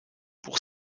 pour